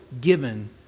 given